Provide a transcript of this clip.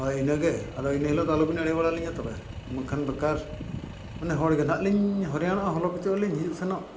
ᱦᱳᱭ ᱤᱱᱟᱹᱜᱮ ᱟᱫᱚ ᱤᱱᱟᱹ ᱦᱤᱞᱳᱜ ᱟᱞᱚ ᱵᱤᱱ ᱟᱲᱮ ᱵᱟᱲᱟ ᱞᱤᱧᱟᱹ ᱛᱚᱵᱮ ᱵᱟᱝᱠᱷᱟᱱ ᱵᱮᱠᱟᱨ ᱢᱟᱱᱮ ᱦᱚᱲ ᱜᱮ ᱱᱟᱦᱟᱸᱜ ᱞᱤᱧ ᱦᱟᱭᱨᱟᱱᱚᱜᱼᱟ ᱦᱚᱞᱚ ᱜᱚᱪᱚᱜ ᱟᱹᱞᱤᱧ ᱦᱤᱡᱩᱜ ᱥᱮᱱᱚᱜ